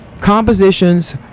compositions